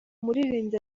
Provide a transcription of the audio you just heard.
muririmbyi